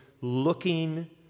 looking